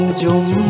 jum